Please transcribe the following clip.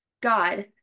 God